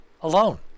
alone